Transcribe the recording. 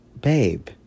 Babe